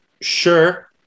Sure